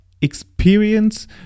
experience